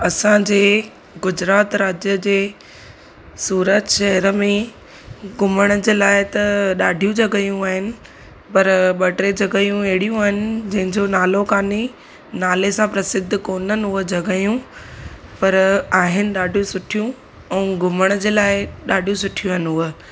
असांजे गुजरात राज्य जे सूरत शहर में घुमण जे लाइ त ॾाढियूं जॻहियूं आहिनि पर ॿ टे जॻहियूं अहड़ियूं आहिनि जंहिंजो नालो कोन्हे नाले सां प्रसिद्ध कोन्हनि उहा जॻहियूं पर आहिनि ॾाढियूं सुठियूं ऐं घुमण जे लाइ ॾाढियूं सुठियूं आहिनि उहा